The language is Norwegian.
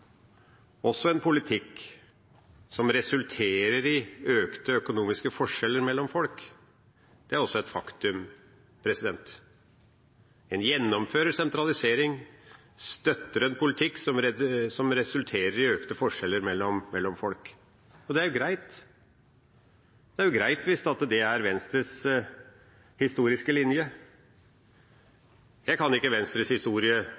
også en politikk som resulterer i økte økonomiske forskjeller mellom folk. Det er også et faktum. De gjennomfører sentralisering og støtter en politikk som resulterer i økte forskjeller mellom folk. Det er jo greit hvis det er Venstres historiske linje. Jeg kan ikke Venstres